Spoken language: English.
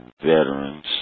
Veterans